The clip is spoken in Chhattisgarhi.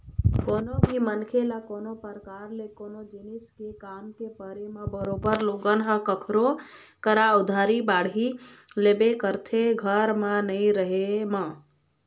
कोनो भी मनखे ल कोनो परकार ले कोनो जिनिस के काम के परे म बरोबर लोगन ह कखरो करा उधारी बाड़ही लेबे करथे घर म नइ रहें म